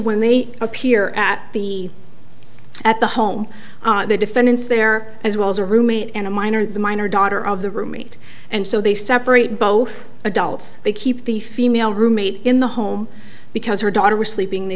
when they appear at the at the home the defendants there as well as a roommate and a minor the minor daughter of the roommate and so they separate both adults they keep the female roommate in the home because her daughter was sleeping they